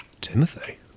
Timothy